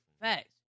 Facts